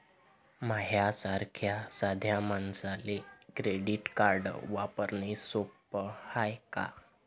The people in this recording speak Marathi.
माह्या सारख्या साध्या मानसाले क्रेडिट कार्ड वापरने सोपं हाय का?